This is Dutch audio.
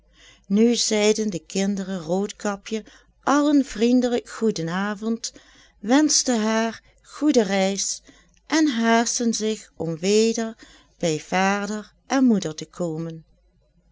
nu zeiden de kinderen roodkapje allen vriendelijk goeden avond wenschten haar goede reis en haastten zich om weder bij vader en moeder te komen